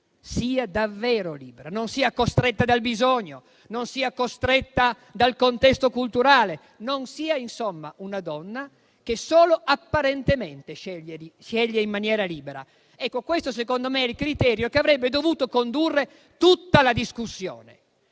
sia davvero libera, non sia costretta dal bisogno, non sia costretta dal contesto culturale; non sia, insomma, una donna che solo apparentemente sceglie in maniera libera. Questo, secondo me, è il criterio che avrebbe dovuto condurre tutta la discussione.